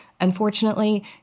Unfortunately